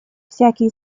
всякий